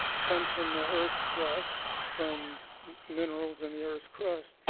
comes from the earth's crust, from minuteicals in the earth's crust.